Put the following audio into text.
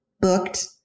booked